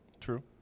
True